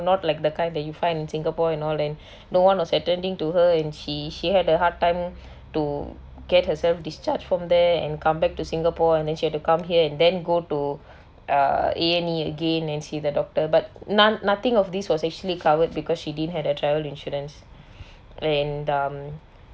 not like the kind that you find in singapore and all and no one was attending to her and she she had a hard time to get herself discharged from there and come back to singapore and then she had to come here and then go to uh A and E again and see the doctor but none nothing of this was actually covered because she didn't had a travel insurance and um